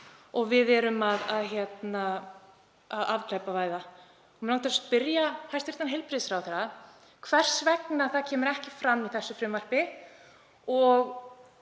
og við erum að afglæpavæða. Mig langar að spyrja hæstv. heilbrigðisráðherra hvers vegna það kemur ekki fram í þessu frumvarpi og